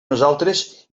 nosaltres